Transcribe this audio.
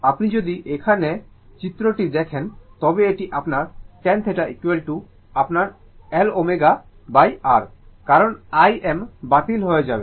আপনি যদি এখানে চিত্রটি দেখেন তবে এটি আপনার tan θ আপনার L ω R কারণ Im Im বাতিল হয়ে যাব